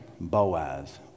Boaz